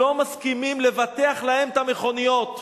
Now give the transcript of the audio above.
לא מסכימים לבטח להם את המכוניות.